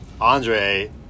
Andre